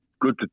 good